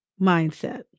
mindset